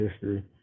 history